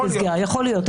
יכול להיות,